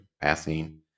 passing